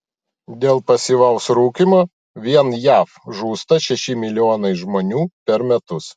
dėl pasyvaus rūkymo vien jav žūsta šeši milijonai žmonių per metus